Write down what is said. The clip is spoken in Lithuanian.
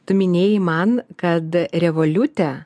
tu minėjai man kad revoliute